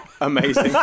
Amazing